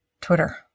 Twitter